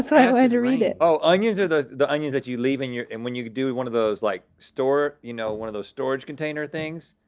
so i wanted to read it. oh, onions are the, the onions that you leave in your, and when you do one of those, like, store, you know, one of those storage container things.